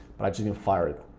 but i didn't fire it,